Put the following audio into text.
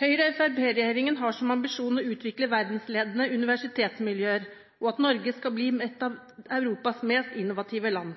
Høyre–Fremskrittsparti-regjeringen har som ambisjon å utvikle verdensledende universitetsmiljøer, og at Norge skal bli et av Europas mest innovative land.